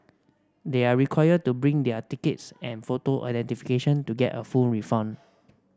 they are required to bring their tickets and photo identification to get a full refund